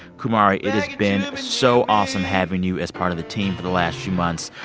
kumari, it has been so awesome having you as part of the team for the last few months.